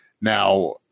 Now